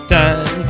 time